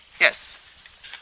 Yes